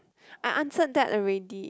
I answered that already